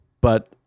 But-